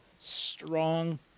strong